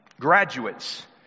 Graduates